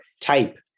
type